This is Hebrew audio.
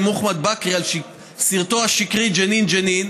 מוחמד בכרי על סרטו השקרי ג'נין ג'נין,